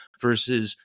versus